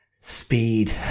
speed